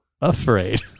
Afraid